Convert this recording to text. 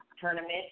tournament